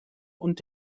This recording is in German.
und